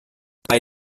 bei